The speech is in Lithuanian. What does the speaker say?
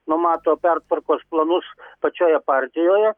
numato pertvarkos planus pačioje partijoje